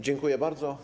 Dziękuję bardzo.